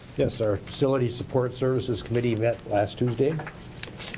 yes sir, facilities support services committee event last tuesday.